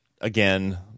again